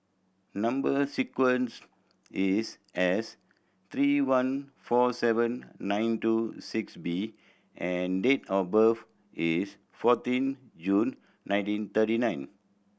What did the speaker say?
number sequence is S three one four seven nine two six B and date of birth is fourteen June nineteen thirty nine